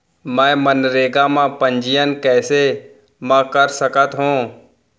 मैं मनरेगा म पंजीयन कैसे म कर सकत हो?